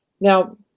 Now